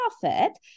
profit